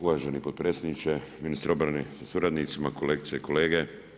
Uvaženi potpredsjedniče, ministre obrane sa suradnicima, kolegice i kolege.